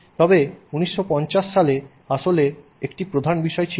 তবে আবার 1950 সালে আসলে একটি প্রধান বিষয় ছিল না